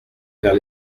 vers